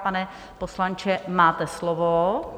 Pane poslanče, máte slovo.